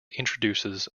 introduces